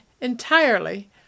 entirely